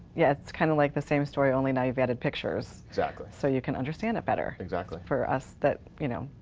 yeah, it's kind of like the same story, only now you've added pictures. exactly. so you can understand it better. exactly. us that, you know,